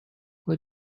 what